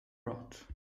rot